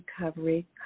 Recovery